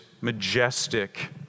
majestic